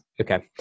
Okay